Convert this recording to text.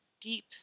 deep